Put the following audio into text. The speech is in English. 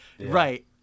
right